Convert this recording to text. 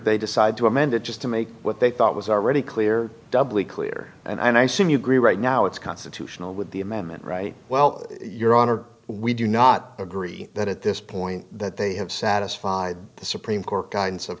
they decided to amend it just to make what they thought was already clear doubly clear and i seem you agree right now it's constitutional with the amendment right well your honor we do not agree that at this point that they have satisfied the supreme court guidance of